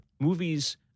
movies